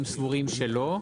הם סבורים שלא.